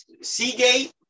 Seagate